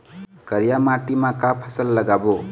करिया माटी म का फसल लगाबो?